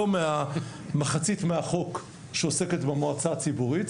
לא ממחצית החוק שעוסקת במועצה הציבורית.